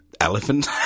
elephant